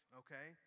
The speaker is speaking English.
okay